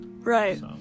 right